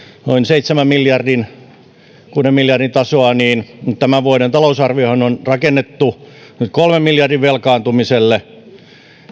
noin seitsemän miljardin tai kuuden miljardin tasoa ja tämän vuoden talousarviohan on rakennettu nyt kolmen miljardin velkaantumiselle